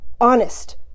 honest